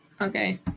Okay